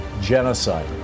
genocide